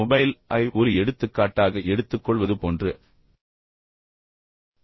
mobile ஐ ஒரு எடுத்துக்காட்டாக எடுத்துக்கொள்வது போன்று அடுத்த படத்தில் மேலும் விளக்கப்படங்களை நான் உங்களுக்கு தருகிறேன்